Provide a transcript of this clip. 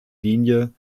linie